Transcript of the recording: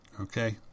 Okay